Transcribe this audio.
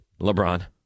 LeBron